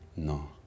No